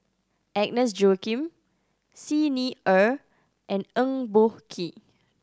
Agnes Joaquim Xi Ni Er and Eng Boh Kee